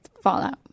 Fallout